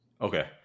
okay